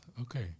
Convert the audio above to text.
okay